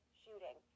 shooting